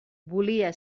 volia